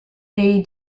they